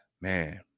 man